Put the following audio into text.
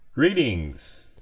Greetings